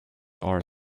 are